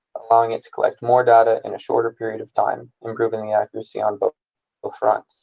allowing it to collect more data in a shorter period of time, improving the accuracy on both both fronts.